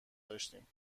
داشتیم